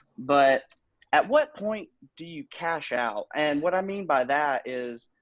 but at what point do you cash out? and what i mean by that is,